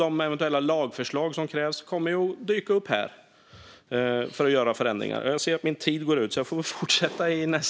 De eventuella lagförslag som krävs för att man ska kunna göra förändringar kommer ju att dyka upp här.